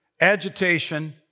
agitation